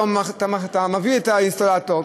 אתה מביא את האינסטלטור,